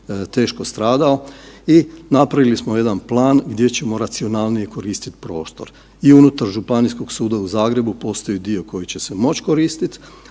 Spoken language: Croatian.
teško stradao i napravili smo jedan plan gdje ćemo racionalnije koristiti prostor. I unutar Županijskog suda u Zagrebu postoji dio koji će se moći koristiti,